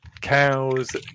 cows